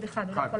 הערעור?